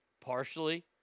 partially